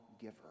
giver